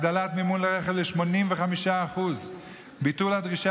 הגדלת מימון לרכב ל-85%; ביטול הדרישה